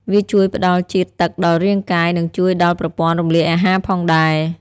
វាជួយផ្តល់ជាតិទឹកដល់រាងកាយ និងជួយដល់ប្រព័ន្ធរំលាយអាហារផងដែរ។